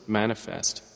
manifest